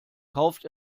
kauft